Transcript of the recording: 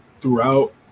throughout